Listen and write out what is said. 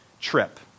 trip